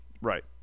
Right